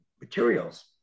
materials